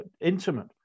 intimate